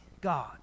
God